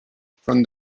from